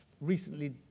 recently